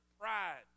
pride